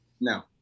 no